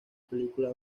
película